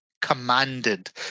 commanded